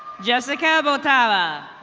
jessica botala.